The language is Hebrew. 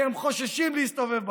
כי הם חוששים להסתובב בציבור,